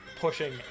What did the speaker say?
pushing